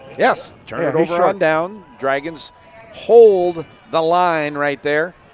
yes, turnover on downs. dragons hold the line right there.